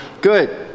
Good